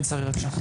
שרי בבקשה.